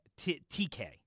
TK